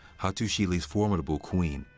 hattusili's formidable queen,